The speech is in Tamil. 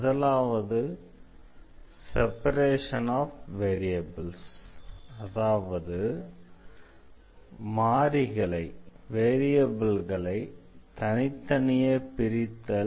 முதலாவதாக செப்பரேஷன் ஆஃப் வேரியபிள்ஸ் அதாவது மாறிகளை தனித்தனியே பிரித்தல்